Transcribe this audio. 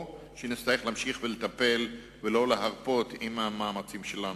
או שנצטרך להמשיך לטפל ולא להרפות מהמאמצים שלנו.